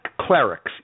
clerics